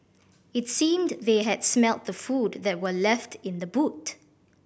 it seemed they had smelt the food that were left in the boot